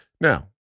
Now